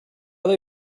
they